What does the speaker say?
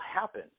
happen